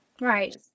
right